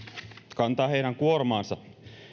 kantaa heidän kuormaansa